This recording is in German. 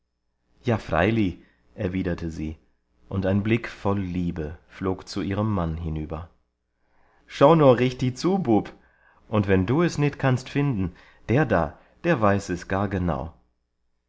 ja freili erwiderte sie und ein blick voll liebe flog zu ihrem mann hinüber schau nur richti zu bub und wenn du es nit kannst find'n der da der weiß es gar genau